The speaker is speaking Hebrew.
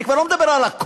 ואני כבר לא מדבר על הכול,